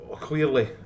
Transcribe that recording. clearly